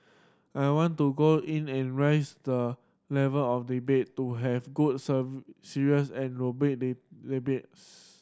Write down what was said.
I want to go in and raise the level of debate to have good serve serious and robust the debates